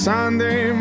Sunday